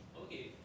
Okay